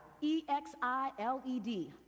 E-X-I-L-E-D